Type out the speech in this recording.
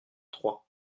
trois